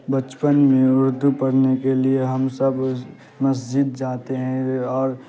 بچپن میں اردو پڑھنے کے لیے ہم سب مسجد جاتے ہیں وہ اور